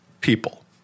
people